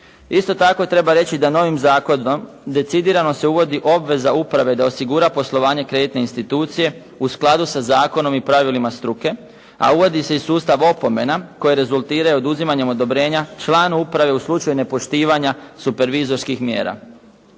Isto tako treba reći da novim zakonom decidirano se uvodi obveza uprave da osigura poslovanje kreditne institucije u skladu sa zakonom i pravilima struke, a uvodi se i sustav opomena koje rezultiraju oduzimanjem odobrenja člana uprave u slučaju nepoštivanja supervizorskih mjera.